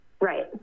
Right